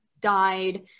died